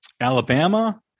Alabama